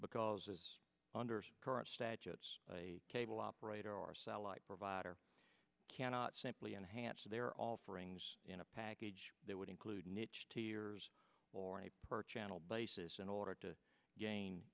because under current statutes a cable operator or satellite provider cannot simply enhance their offerings in a package that would include a niche two years or a per channel basis in order to gain